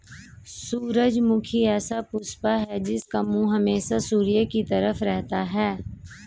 सूरजमुखी ऐसा पुष्प है जिसका मुंह हमेशा सूर्य की तरफ रहता है